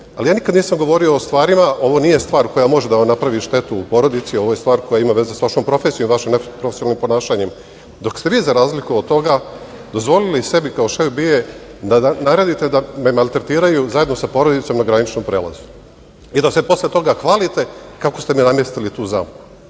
ali ja nikada nisam govorio o stvarima… Ovo nije stvar koja može da vam napravi štetu u porodici, ovo je stvar koja ima veze sa vašom profesijom, vašim neprofesionalnim ponašanjem. Dok ste vi, za razliku od toga, dozvolili sebi kao šef BIA-e da naredite da me maltretiraju, zajedno sa porodicom, na graničnom prelazu i da se posle toga hvalite kako ste mi namestili tu zamku. Na